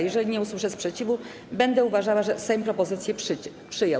Jeżeli nie usłyszę sprzeciwu, będę uważała, że Sejm propozycję przyjął.